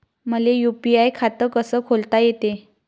मले यू.पी.आय खातं कस खोलता येते?